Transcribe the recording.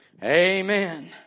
Amen